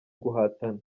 guhatana